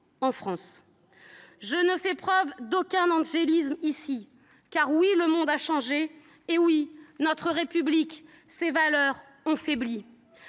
en France. Je ne fais preuve d’aucun angélisme : oui, le monde a changé ; oui, notre République et ses valeurs ont faibli.